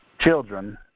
children